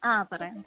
ആ പറയണം